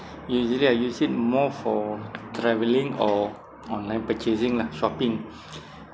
usually I use it more for travelling or online purchasing lah shopping